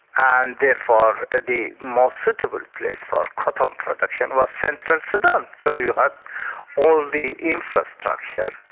and therefore ah the most suitable place for cotton um production was central sudan, so you had all the infrastructures.